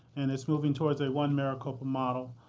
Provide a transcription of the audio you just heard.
and it's moving towards a one-maricopa model.